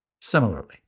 Similarly